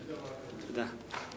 אין דבר כזה שטחים כבושים.